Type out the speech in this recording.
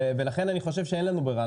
ולכן אני חושב שאין לנו ברירה,